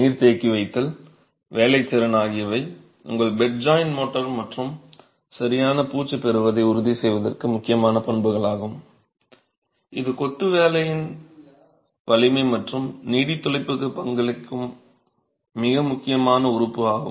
நீர் தேக்கிவைத்தல் வேலைத்திறன் ஆகியவை உங்கள் பெட் ஜாய்ன்ட் மோர்டார் மூலம் சரியான பூச்சு பெறுவதை உறுதிசெய்வதற்கு முக்கியமான பண்புகளாகும் இது கொத்துவேலையின் வலிமை மற்றும் நீடித்துழைப்புக்கு பங்களிக்கும் மிக முக்கியமான உறுப்பு ஆகும்